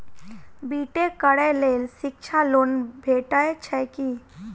B Tech करै लेल शिक्षा लोन भेटय छै की?